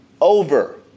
Over